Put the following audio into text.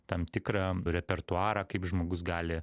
tam tikrą repertuarą kaip žmogus gali